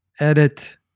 edit